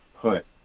put